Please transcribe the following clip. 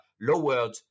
lowered